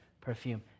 perfume